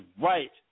right